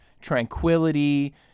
tranquility